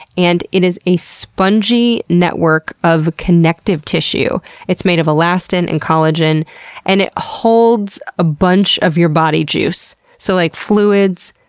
and it is a spongy network of connective tissue made of elastin and collagen and it holds a bunch of your body juice so like fluids,